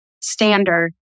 standard